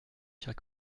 chers